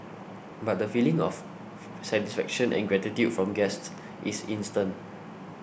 but the feeling of satisfaction and gratitude from guests is instant